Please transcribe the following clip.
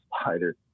spider